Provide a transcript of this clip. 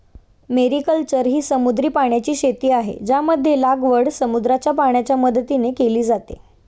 mariculture ही समुद्री पाण्याची शेती आहे, ज्यामध्ये लागवड समुद्राच्या पाण्याच्या मदतीने केली जाते